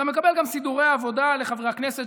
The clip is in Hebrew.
אתה מקבל גם סידורי עבודה לחברי הכנסת